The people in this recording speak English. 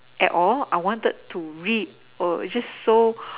at all I wanted to read oh it's just so